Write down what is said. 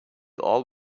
all